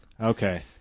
Okay